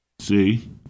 See